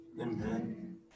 Amen